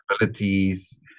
abilities